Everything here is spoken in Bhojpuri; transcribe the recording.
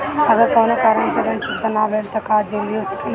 अगर कौनो कारण से ऋण चुकता न भेल तो का जेल भी हो सकेला?